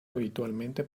habitualmente